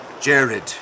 Jared